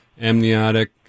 amniotic